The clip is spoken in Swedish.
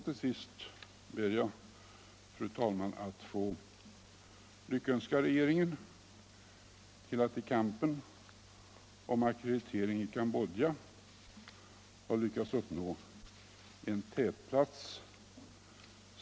Till sist ber jag, fru talman, att få lyckönska regeringen till att i kampen om ackreditering i Cambodja ha lyckats uppnå en tätplats.